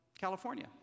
California